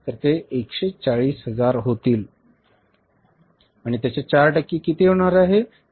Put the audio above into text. ते 140 हजार होतील आणि त्याच्या 4 टक्के किती होणार आहे